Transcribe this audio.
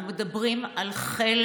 אנחנו מדברים על חלק